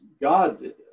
God